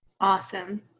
awesome